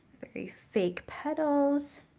very fake petals